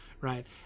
right